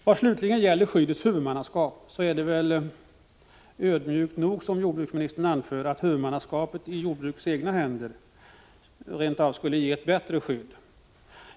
Vad slutligen gäller skördeskadeskyddets huvudmannaskap så är det väl ödmjukt nog som jordbruksministern anfört att ett huvudmannaskap i jordbrukets egna händer rent av skulle ge ett bättre skydd.